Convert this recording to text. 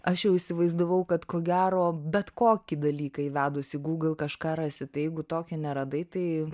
aš jau įsivaizdavau kad ko gero bet kokį dalyką įvedus į google kažką rasi tai jeigu tokią neradai tai